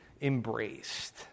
embraced